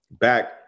back